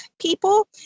people